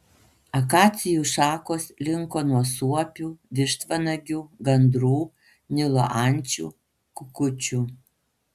akacijų šakos linko nuo suopių vištvanagių gandrų nilo ančių kukučių